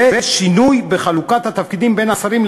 ושינוי בחלוקת התפקידים בין השרים,